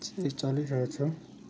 चालिसवटा छ